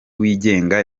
wigenga